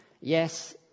Yes